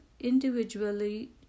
individually